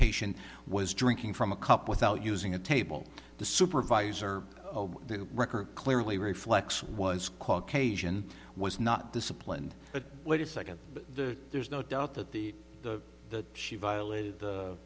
patient was drinking from a cup without using a table the supervisor the record clearly reflects was called cajun was not disciplined but wait a second there's no doubt that the she violated